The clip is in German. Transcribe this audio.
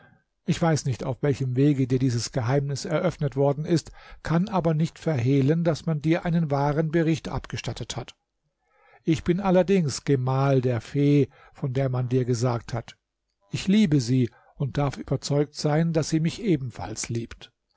ich weiß nicht auf welchem wege dir dieses geheimnis eröffnet worden ist kann aber nicht verhehlen daß man dir einen wahren bericht abgestattet hat ich bin allerdings gemahl der fee von der man dir gesagt hat ich liebe sie und darf überzeugt sein daß sie mich ebenfalls liebt